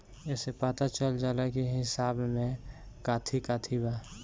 एसे पता चल जाला की हिसाब में काथी काथी बा